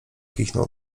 kichnął